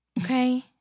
Okay